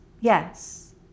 Yes